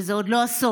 וזה עוד לא הסוף.